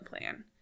plan